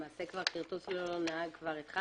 למעשה כרטוס ללא נהג כבר התחלנו.